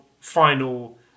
final